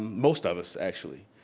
most of us, actually.